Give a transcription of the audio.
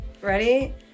ready